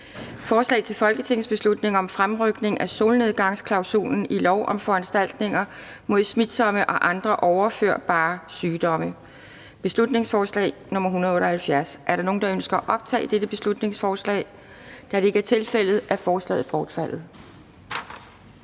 Forslag til folketingsbeslutning om fremrykning af solnedgangsklausulen i lov om foranstaltninger mod smitsomme og andre overførbare sygdomme (den nye epidemilov). (Beslutningsforslag nr. B 178). Er der nogen, der ønsker at optage dette beslutningsforslag? Da det ikke er tilfældet, er forslaget bortfaldet.